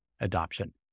adoption